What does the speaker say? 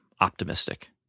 optimistic